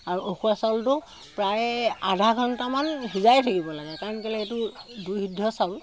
আৰু উখোৱা চাউলটো প্ৰায়ে আধা ঘণ্টামান সিজায়ে থাকিব লাগে কাৰণ কেলৈ সেইটো দুই সিদ্ধ চাউল